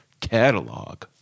catalog